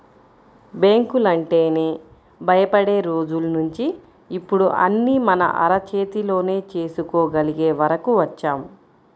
బ్యాంకులంటేనే భయపడే రోజుల్నించి ఇప్పుడు అన్నీ మన అరచేతిలోనే చేసుకోగలిగే వరకు వచ్చాం